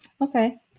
Okay